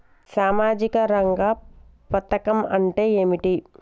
సామాజిక రంగ పథకం అంటే ఏంటిది?